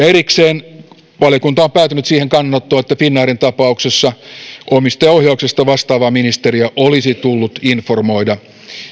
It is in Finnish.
erikseen valiokunta on päätynyt siihen kannanottoon että finnairin tapauksessa omistajaohjauksesta vastaavaa ministeriä olisi tullut informoida